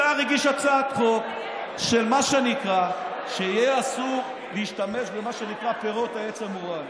סער הגיש הצעת חוק שיהיה אסור להשתמש במה שנקרא פירות העץ המורעל.